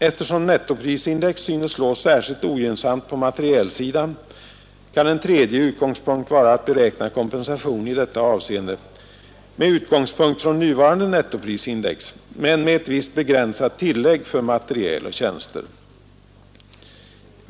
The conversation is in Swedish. Eftersom nettoprisindex synes slå särskilt ogynnsamt på materielsidan, kan en tredje utgångspunkt vara att beräkna kompensation i detta avseende på basis av nuvarande nettoprisindex men med ett visst begränsat tillägg för materiel och tjänster.